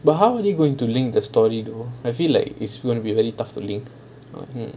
but how are they going to link the story though I feel like it's gonna be very tough to link